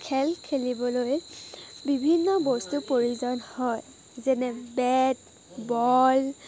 খেল খেলিবলৈ বিভিন্ন বস্তুৰ প্ৰয়োজন হয় যেনে বেট বল